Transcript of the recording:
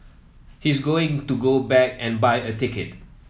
he's going to go back and buy a ticket